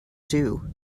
too